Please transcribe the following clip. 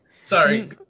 sorry